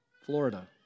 Florida